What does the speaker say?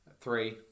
Three